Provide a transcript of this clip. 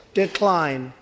decline